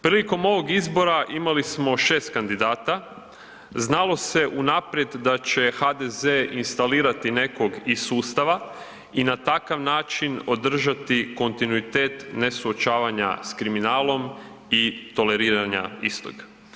Prilikom ovog izbora imali smo 6 kandidata, znalo se unaprijed da će HDZ instalirati nekog iz sustava i na takav način održati kontinuitet ne suočavanja s kriminalom i toleriranja istog.